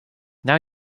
now